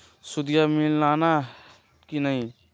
सुदिया मिलाना की नय?